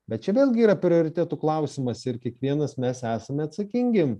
bet čia vėlgi yra prioritetų klausimas ir kiekvienas mes esame atsakingi